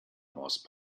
horse